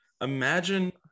Imagine